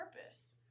purpose